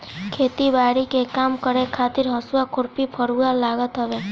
खेती बारी के काम करे खातिर हसुआ, खुरपी, फरुहा लागत हवे